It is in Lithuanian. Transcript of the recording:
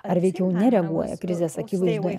ar veikiau nereaguoja krizės akivaizdoje